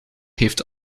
heeft